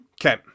Okay